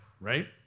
right